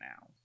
now